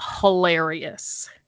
hilarious